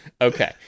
Okay